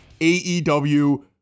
AEW